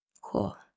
Cool